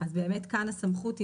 אז באמת כאן הסמכות,